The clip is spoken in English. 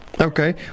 Okay